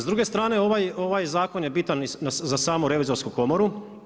S druge strane ovaj zakon je bitan za samu Revizorsku komoru.